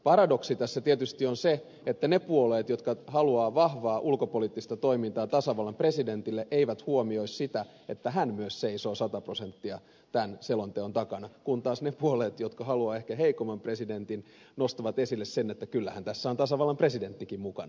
paradoksi tässä tietysti on se että ne puolueet jotka haluavat vahvaa ulkopoliittista toimintaa tasavallan presidentille eivät huomioi sitä että hän myös seisoo sataprosenttisesti tämän selonteon takana kun taas ne puolueet jotka haluavat ehkä heikomman presidentin nostavat esille sen että kyllähän tässä on tasavallan presidenttikin mukana